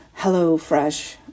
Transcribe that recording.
HelloFresh